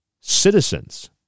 citizens